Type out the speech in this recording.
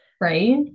right